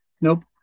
Nope